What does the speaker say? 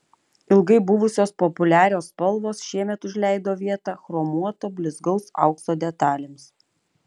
ilgai buvusios populiarios spalvos šiemet užleido vietą chromuoto blizgaus aukso detalėms